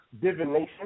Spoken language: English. divination